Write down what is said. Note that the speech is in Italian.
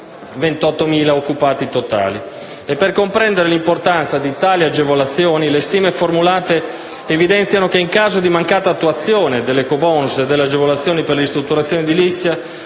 1.128.000 occupati totali.